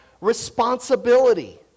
responsibility